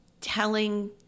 telling